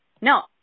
No